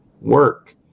work